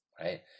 right